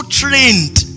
trained